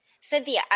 Cynthia